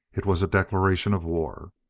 it was a declaration of war.